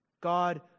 God